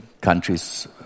countries